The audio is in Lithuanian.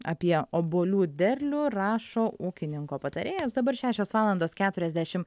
apie obuolių derlių rašo ūkininko patarėjas dabar šešios valandos keturiasdešimt